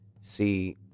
see